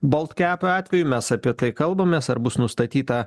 baltkepo atveju mes apie tai kalbamės ar bus nustatyta